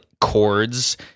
chords